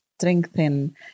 strengthen